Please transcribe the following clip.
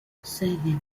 seven